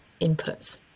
inputs